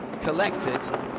collected